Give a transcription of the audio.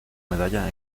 medalla